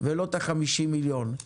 ולא את ה-50 מיליון,